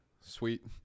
Sweet